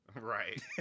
Right